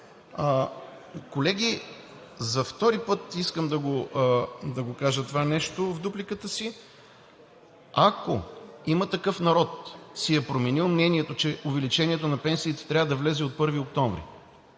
Колеги, за втори път искам да кажа в дупликата си това нещо: ако „Има такъв народ“ си е променил мнението, че увеличението на пенсиите трябва да влезе от 1 октомври,